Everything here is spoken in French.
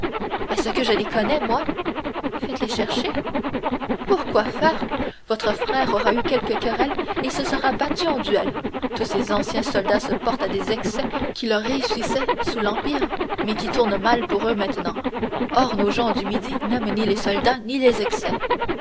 est-ce que je les connais moi faites-les chercher pour quoi faire votre frère aura eu quelque querelle et se sera battu en duel tous ces anciens soldats se portent à des excès qui leur réussissaient sous l'empire mais qui tournent mal pour eux maintenant or nos gens du midi n'aiment ni les soldats ni les excès